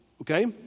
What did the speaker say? Okay